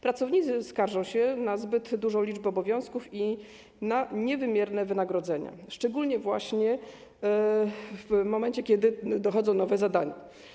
Pracownicy skarżą się na zbyt dużą liczbę obowiązków i na niewspółmierne wynagrodzenia, szczególnie właśnie w momencie kiedy dochodzą nowe zadania.